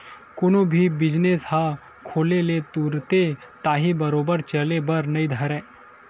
कोनो भी बिजनेस ह खोले ले तुरते ताही बरोबर चले बर नइ धरय